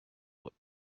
what